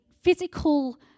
physical